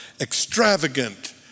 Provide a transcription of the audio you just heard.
extravagant